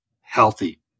healthy